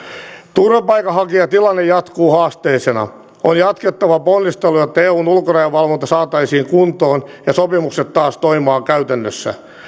turvapaikanhakijatilanne jatkuu haasteellisena on jatkettava ponnisteluja jotta eun ulkorajavalvonta saataisiin kuntoon ja sopimukset taas toimimaan käytännössä